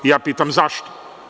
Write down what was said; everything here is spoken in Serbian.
Ja pitam - zašto?